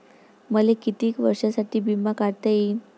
मले कितीक वर्षासाठी बिमा काढता येईन?